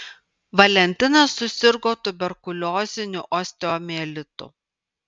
valentinas susirgo tuberkulioziniu osteomielitu